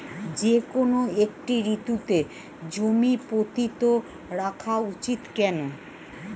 যেকোনো একটি ঋতুতে জমি পতিত রাখা উচিৎ কেন?